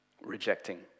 rejecting